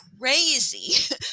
crazy